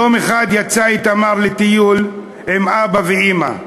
יום אחד יצא איתמר עם אבא ואימא ליער,